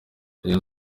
rayon